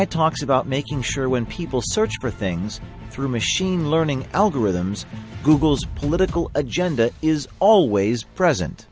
janai talks about making sure when people search for things through machine learning algorithms google's political agenda is always present